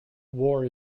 war